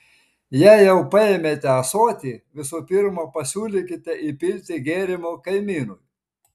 jei jau paėmėte ąsotį visų pirma pasiūlykite įpilti gėrimo kaimynui